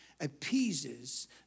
appeases